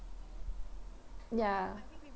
ya